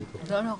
תודה רבה,